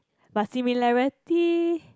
but similarity